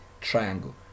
triangle